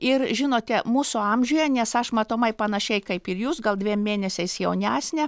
ir žinote mūsų amžiuje nes aš matomai panašiai kaip ir jūs gal dviem mėnesiais jaunesnė